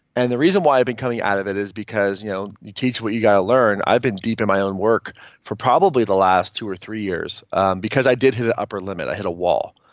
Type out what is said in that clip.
and the reason why i've been coming out of it is because you know you teach what you got to learn. i've been deep in my own work for probably the last two or three years and because i did a upper limit. i hit a wall.